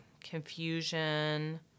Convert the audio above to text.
confusion